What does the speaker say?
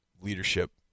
leadership